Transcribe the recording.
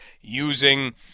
using